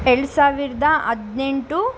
ಎರಡು ಸಾವಿರದ ಹದಿನೆಂಟು